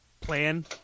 plan